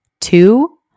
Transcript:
two